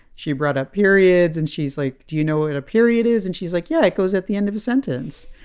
she brought up periods, and she's like, do you know what a period is? and she's like, yeah. it goes at the end of a sentence